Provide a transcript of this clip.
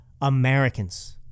Americans